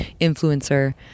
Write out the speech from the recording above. influencer